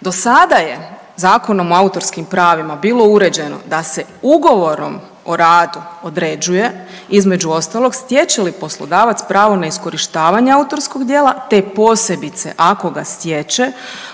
Do sada je Zakonom o autorskim pravima bilo uređeno da se ugovorom o radu određuje između ostalog stječe li poslodavac pravo na iskorištavanje autorskog djela, te posebice ako ga stječe